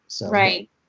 Right